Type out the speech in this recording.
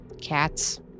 cats